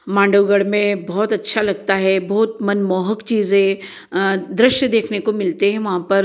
मांडवगढ़ में बहुत अच्छा लगता है बहुत मनमोहक चीज है दृश्य देखने को मिलते हैं वहाँ पर